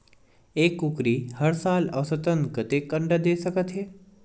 एक कुकरी हर साल औसतन कतेक अंडा दे सकत हे?